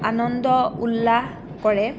আনন্দ উল্লাস কৰে